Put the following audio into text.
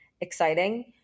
exciting